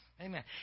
Amen